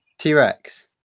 T-Rex